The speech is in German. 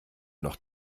noch